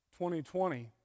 2020